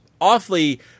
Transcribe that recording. awfully –